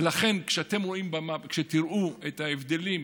ולכן, כשאתם תראו את ההבדלים,